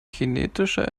kinetischer